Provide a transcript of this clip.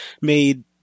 made